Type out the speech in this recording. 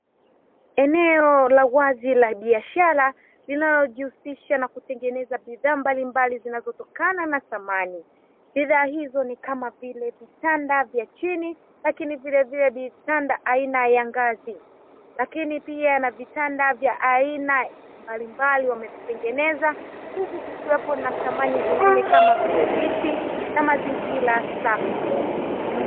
Eneo la wazi la biashara linalojihusisha na kutengeneza bidhaa mbalimbali, zinazotokana na samani. Bidhaa hizo ni kama vile vitanda vya chini lakini vilevile vitanda aina ya ngazi, lakini pia na vitanda vya aina mbalimbali wamevitengeneza huku kukiwepo na samani nyingine kama vile viti na mazingira safi.